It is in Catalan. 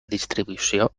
distribució